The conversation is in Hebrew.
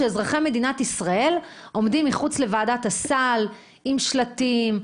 שאזרחי מדינת ישראל עומדים מחוץ לוועדת הסל עם שלטים,